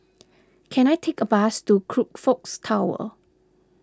can I take a bus to Crockfords Tower